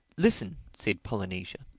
listen, said polynesia,